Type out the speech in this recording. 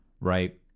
right